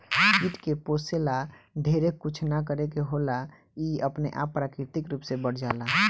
कीट के पोसे ला ढेरे कुछ ना करे के होला इ अपने आप प्राकृतिक रूप से बढ़ जाला